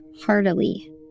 heartily